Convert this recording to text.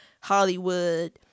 hollywood